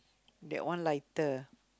that one lighter